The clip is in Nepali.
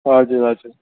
हजुर हजुर